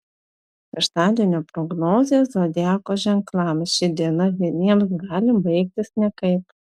šeštadienio prognozė zodiako ženklams ši diena vieniems gali baigtis nekaip